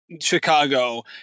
Chicago